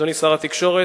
אדוני שר התקשורת.